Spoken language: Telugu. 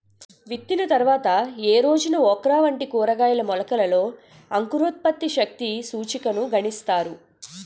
విత్తిన తర్వాత ఏ రోజున ఓక్రా వంటి కూరగాయల మొలకలలో అంకురోత్పత్తి శక్తి సూచికను గణిస్తారు?